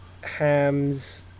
ham's